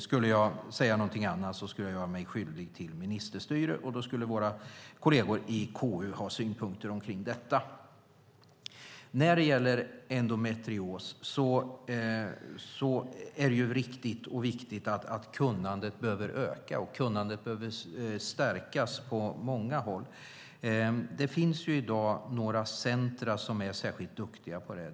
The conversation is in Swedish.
Skulle jag säga någonting annat skulle jag göra mig skyldig till ministerstyre, och då skulle våra kolleger i KU ha synpunkter på detta. När det gäller endometrios är det riktigt och viktigt att kunnandet behöver öka och stärkas på många håll. Det finns i dag några centrum som är särskilt duktiga på det.